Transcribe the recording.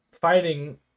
fighting